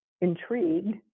intrigued